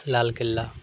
লাল কেল্লা